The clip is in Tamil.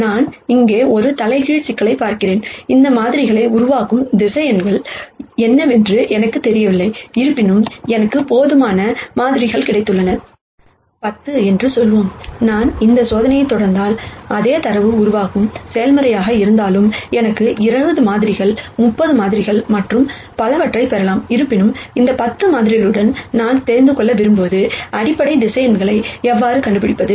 நான் இங்கே ஒரு தலைகீழ் சிக்கலைப் பார்க்கிறேன் இந்த மாதிரிகளை உருவாக்கும் வெக்டர்ஸ் என்னவென்று எனக்குத் தெரியவில்லை இருப்பினும் எனக்கு போதுமான மாதிரிகள் கிடைத்துள்ளன 10 என்று சொல்வோம் நான் இந்த சோதனையைத் தொடர்ந்தால் அதே தரவு உருவாக்கும் செயல்முறையாக இருந்தால் எனக்கு 20 மாதிரிகள் 30 மாதிரிகள் மற்றும் பலவற்றைப் பெறலாம் இருப்பினும் இந்த 10 மாதிரிகளுடன் நான் தெரிந்து கொள்ள விரும்புவது அடிப்படை வெக்டர்ஸ் எவ்வாறு கண்டுபிடிப்பது